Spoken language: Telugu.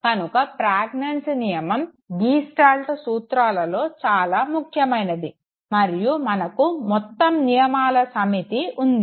కనుక ప్రజ్ఞాంజ్ నియమం గీస్టాల్ట్ సూత్రాలలో చాలా ముఖ్యమైనది మరియు మనకు మొత్తం నియమాల సమితి ఉంది